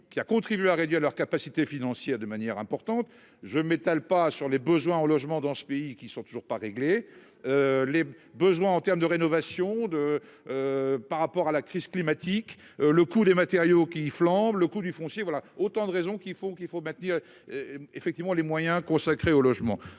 qui a contribué à réduire leur capacité financière de manière importante, je m'étale pas sur les besoins en logements dans ce pays qui sont toujours pas réglés les besoins en terme de rénovation de par rapport à la crise climatique, le coût des matériaux qui flambent le coût du foncier, voilà autant de raisons qui font qu'il faut maintenir effectivement les moyens consacrés au logement